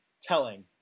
telling